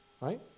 Right